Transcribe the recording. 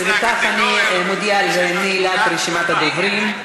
ולכך אני מודיעה על נעילת רשימת הדוברים.